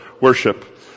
worship